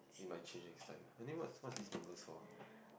you might change in stand any what's what's these numbers for